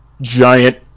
giant